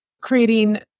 creating